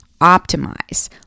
Optimize